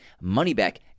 money-back